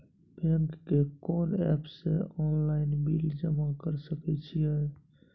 Bank के कोन app से ऑनलाइन बिल जमा कर सके छिए?